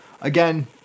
Again